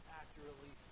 accurately